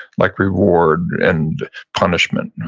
like reward and punishment,